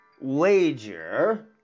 wager